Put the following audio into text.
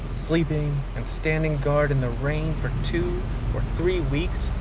sleeping and standing guard in the rain for two or three weeks,